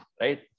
Right